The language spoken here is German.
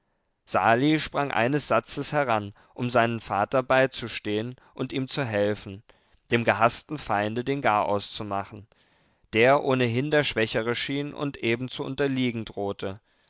sali sprang eines satzes heran um seinem vater beizustehen und ihm zu helfen dem gehaßten feinde den garaus zu machen der ohnehin der schwächere schien und eben zu unterliegen drohte